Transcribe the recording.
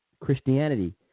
Christianity